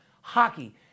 Hockey